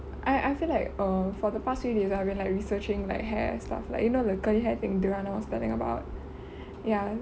I I feel like err for the past few days I was like researching like hair stuff like you know the curly hair thing the one I was telling you about ya